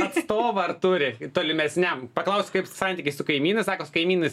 atstovą ar turi tolimesniam paklausiu kaip santykiai su kaimynais sako su kaimynais